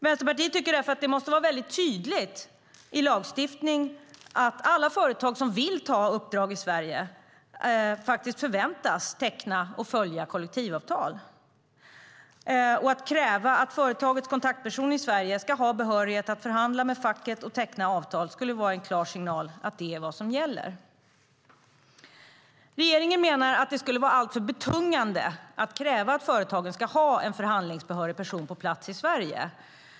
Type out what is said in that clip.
Vänsterpartiet tycker därför att det måste vara väldigt tydligt i lagstiftningen att alla företag som vill ta uppdrag i Sverige förväntas teckna och följa ett kollektivavtal. Att kräva att företagets kontaktperson i Sverige ska ha behörighet att förhandla med facket och teckna kollektivavtal skulle vara en klar signal om att det är vad som gäller. Regeringen menar att det skulle vara alltför betungande att kräva att företagen ska ha en förhandlingsbehörig person på plats i Sverige.